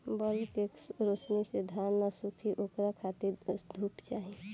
bulb के रौशनी से धान न सुखी ओकरा खातिर धूप चाही